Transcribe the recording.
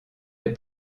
les